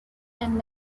and